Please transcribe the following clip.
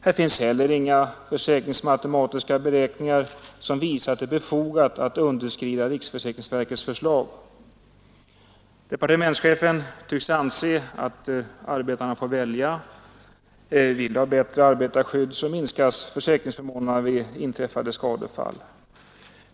Här finns heller inga försäkringsmatematiska beräkningar som visar att det är befogat att underskrida riksförsäkringsverkets förslag. Departementschefen tycks anse att arbetarna får välja; vill de ha bättre arbetarskydd, minskas försäkringsförmånerna vid inträffade skadefall.